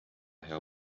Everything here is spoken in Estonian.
hea